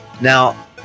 Now